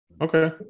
Okay